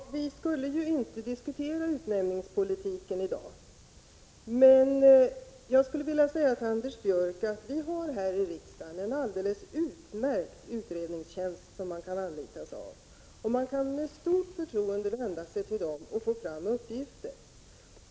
Herr talman! Vi skulle ju inte diskutera utnämningspolitiken i dag. Men jag vill säga till Anders Björck att vi här i riksdagen har en alldeles utmärkt utredningstjänst, som man med stort förtroende kan vända sig till för att få fram uppgifter.